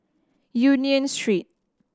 Union Street